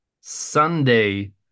Sunday